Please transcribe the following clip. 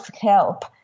help